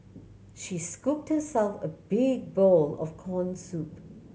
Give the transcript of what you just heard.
she scooped herself a big bowl of corn soup